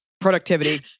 productivity